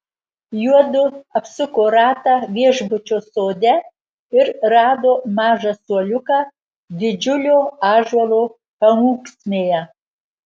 juodu apsuko ratą viešbučio sode ir rado mažą suoliuką didžiulio ąžuolo paūksmėje